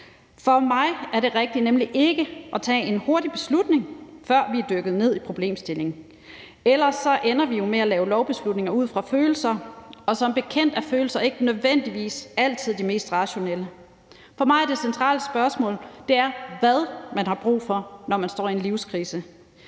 For mig er det rigtige nemlig ikke at tage en hurtig beslutning, før vi er dykket ned i problemstillingen. Ellers ender vi jo med at lave lovgivning ud fra følelser, og som bekendt er følelser ikke nødvendigvis altid de mest rationelle. For mig er det centrale spørgsmål, hvad man har brug for, når man står i en livskrise.